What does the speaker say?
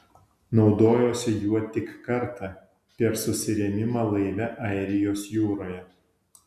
naudojosi juo tik kartą per susirėmimą laive airijos jūroje